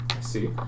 see